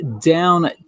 down